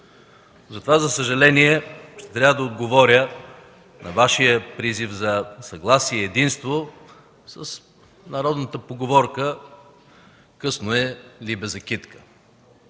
Затова, за съжаление, ще трябва да отговоря на Вашия призив за съгласие и единство с народната поговорка „Късно е, либе, за китка”.